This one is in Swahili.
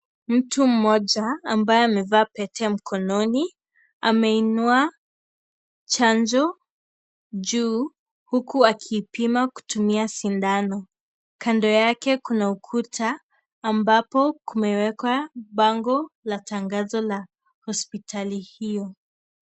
Mtu mmoja ambaye amevaa pete mkononi ameinua chanjo juu huku akipima kutumia sindano. Kando yake kuna ukuta ambapo kumewekwa bango la tangazo la hospitali hio.